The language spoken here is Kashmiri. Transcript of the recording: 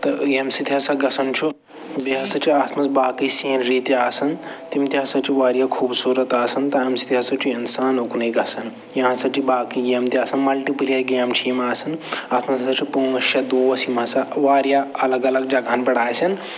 تہٕ ییٚمہِ سۭتۍ ہَسا گَژھان چھُ بیٚیہِ ہسا چھِ اَتھ منٛز باقٕے سیٖنری تہِ آسان تِم تہِ ہَسا چھِ وارِیاہ خوٗبصوٗرت آسان تہٕ اَمہِ سۭتۍ ہَسا چھِ اِنسان اُکںٕے گَژھان یا ہَسا چھِ باقٕے گیم تہِ آسان مَلٹِپٕلیَر گیمہٕ چھِ یِم آسان اَتھ منٛز ہسا چھِ پانٛژھ شےٚ دوس یِم ہسا وارِیاہ الگ الگ جگہَن پٮ۪ٹھ آسَن